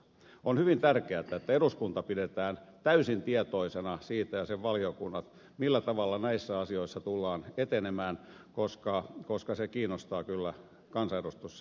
on hyvin tärkeätä että eduskunta ja sen valiokunnat pidetään täysin tietoisina siitä millä tavalla näissä asioissa tullaan etenemään koska se kiinnostaa kyllä kansanedustuslaitosta